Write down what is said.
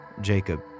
Jacob